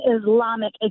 Islamic